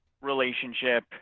relationship